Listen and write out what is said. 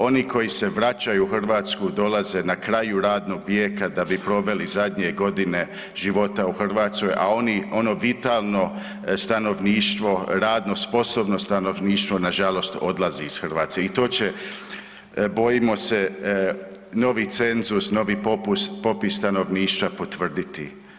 Oni koji se vraćaju u Hrvatskoj dolaze na kraju radnog vijeka da bi proveli zadnje godine života u Hrvatskoj, a ono vitalno stanovništvo, radno sposobno stanovništvo nažalost odlazi iz Hrvatske i to će, bojimo se, novi cenzus, novi popis stanovništva potvrditi.